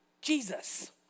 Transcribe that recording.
Jesus